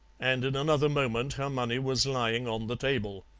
and in another moment her money was lying on the table.